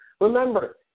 Remember